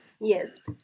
Yes